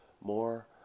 more